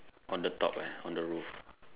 on the top eh on the roof